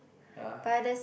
ya